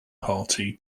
party